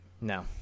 No